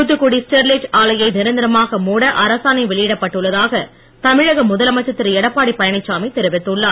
Thoothukudi Sterlite ஆலையை நிரந்தரமாக மூட அரசாணை வெளியிடப்பட்டுள்ளதாக தமிழக முதலமைச்சர் திருஎடப்பாடியழனிச்சாமி தெரிவித்துள்ளார்